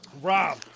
Rob